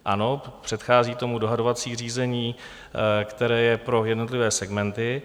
Ano, předchází tomu dohadovací řízení, které je pro jednotlivé segmenty.